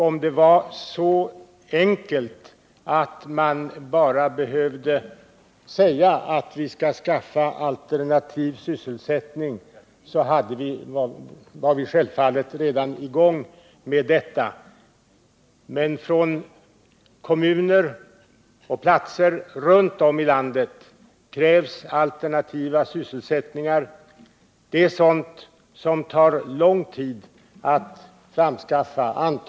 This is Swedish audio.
Om det var så enkelt, att man bara behövde säga att vi skall skaffa alternativ sysselsättning, var vi självfallet redan i gång med det. Men från kommuner och orter runt omkring i landet krävs alternativa sysselsättningar. Det är sådant som tar lång tid att skaffa fram.